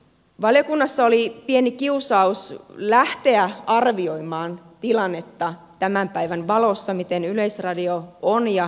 valiokunnassa oli pieni kiusaus lähteä arvioimaan tilannetta tämän päivän valossa miten yleisradio on ja kehittyy